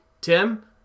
Tim